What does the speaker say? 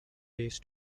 days